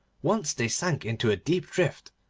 once they sank into a deep drift,